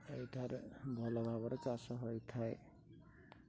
ଏଇଠାରେ ଭଲ ଭାବରେ ଚାଷ ହୋଇଥାଏ